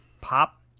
Pop